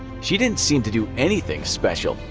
she didn't seem to do anything special,